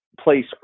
place